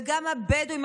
וגם הבדואים,